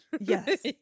Yes